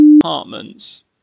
apartments